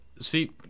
see